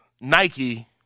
Nike